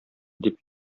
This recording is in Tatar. дип